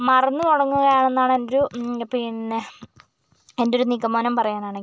മറന്ന് തുടങ്ങുക ആണെന്നാണ് എൻറ്റൊരു പിന്നെ എൻറ്റൊരു നിഗമനം പറയാനാണെങ്കിൽ